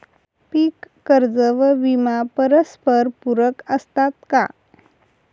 पीक कर्ज व विमा परस्परपूरक असतात का?